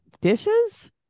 dishes